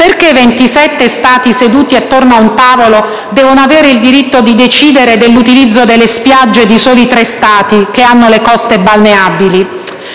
Perché 27 Stati, seduti attorno ad un tavolo, devono avere il diritto di decidere dell'utilizzo delle spiagge di soli tre Stati che hanno le coste balneabili?